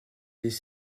des